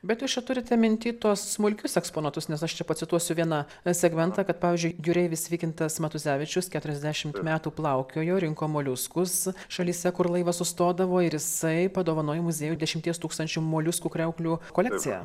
bet jūs čia turite minty tuos smulkius eksponatus nes aš čia pacituosiu vieną segmentą kad pavyzdžiui jūreivis vykintas matuzevičius keturiasdešimt metų plaukiojo rinko moliuskus šalyse kur laivas sustodavo ir jisai padovanojo muziejui dešimties tūkstančių moliuskų kriauklių kolekciją